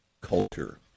Culture